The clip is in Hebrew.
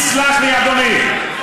תסלח לי, אדוני.